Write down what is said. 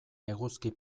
eguzki